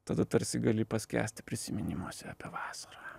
tada tarsi gali paskęsti prisiminimuose apie vasarą